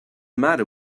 matter